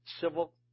civil